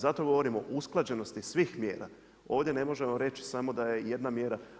Zato govorimo, usklađenosti svih mjera, ovdje ne možemo reći samo da je jedna mjera.